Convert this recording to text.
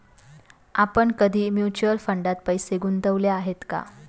आपण कधी म्युच्युअल फंडात पैसे गुंतवले आहेत का?